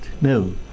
no